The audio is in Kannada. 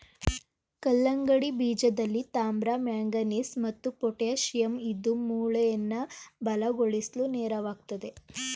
ಕಲ್ಲಂಗಡಿ ಬೀಜದಲ್ಲಿ ತಾಮ್ರ ಮ್ಯಾಂಗನೀಸ್ ಮತ್ತು ಪೊಟ್ಯಾಶಿಯಂ ಇದ್ದು ಮೂಳೆಯನ್ನ ಬಲಗೊಳಿಸ್ಲು ನೆರವಾಗ್ತದೆ